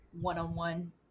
one-on-one